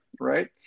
right